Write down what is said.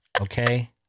Okay